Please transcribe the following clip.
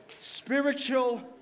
spiritual